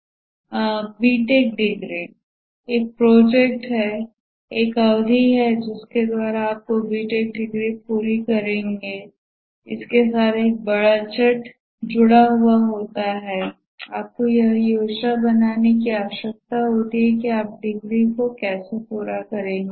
BTech BTech degree एक project है एक ऐसी अवधि है जिसके द्वारा आप बीटेक BTech डिग्री पूरी करेंगे इसके साथ एक बजट जुड़ा होता है आपको यह योजना बनाने की आवश्यकता होती है कि आप डिग्री को कैसे पूरा करेंगे